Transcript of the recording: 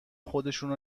خودشونو